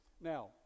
Now